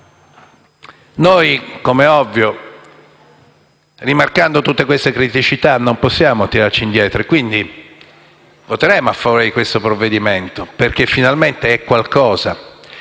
Noi, come ovvio, rimarcando tutte queste criticità, non possiamo tirarci indietro e quindi voteremo a favore del provvedimento perché finalmente è qualcosa.